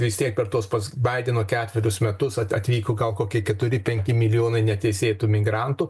vis tiek per tuos baideno ketverius metus atvyko gal kokie keturi penki milijonai neteisėtų migrantų